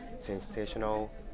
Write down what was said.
sensational